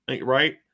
Right